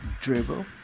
Dribble